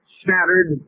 scattered